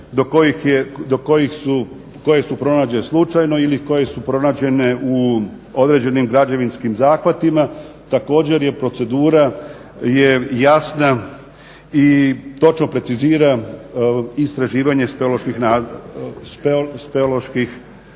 koji su pronađene slučajno ili koje su pronađene u određene u određenim građevinskim zahvatima, također procedura je jasna i točno precizira istraživanje speoloških nalaza.